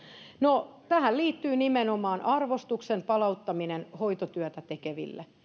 no tähän liittyy nimenomaan arvostuksen palauttaminen hoitotyötä tekeville